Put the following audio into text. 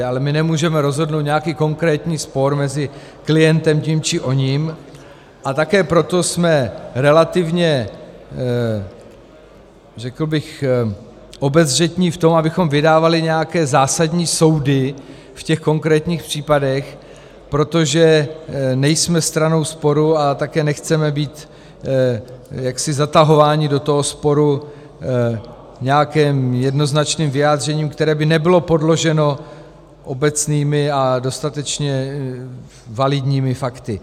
Ale my nemůžeme rozhodnout nějaký konkrétní spor mezi klientem tím či oním, a také proto jsme relativně, řekl bych, obezřetní v tom, abychom vydávali nějaké zásadní soudy v těch konkrétních případech, protože nejsme stranou sporu a také nechceme být zatahování do toho sporu nějakým jednoznačným vyjádřením, které by nebylo podloženo obecnými a dostatečně validními fakty.